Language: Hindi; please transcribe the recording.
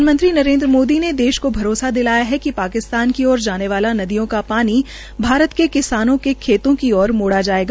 प्रधानमंत्री नरेन्द्र मोदी ने देश को भरोसा दिलाया है कि पाकिस्तान की ओर जाने वाला नदियों का पानी भारत के किसानों के खेतों की ओर मोड़ा जाएगा